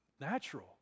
natural